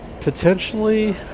potentially